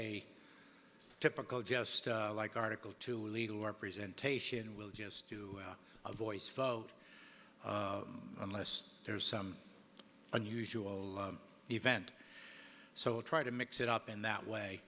a typical just like article two legal representation we'll just do a voice vote unless there's some unusual event so try to mix it up in that